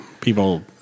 People